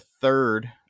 third